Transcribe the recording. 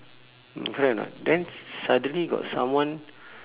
correct or not then suddenly got someone